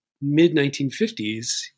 mid-1950s